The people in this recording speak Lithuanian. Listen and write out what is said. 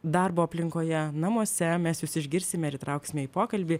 darbo aplinkoje namuose mes jus išgirsime ir įtrauksime į pokalbį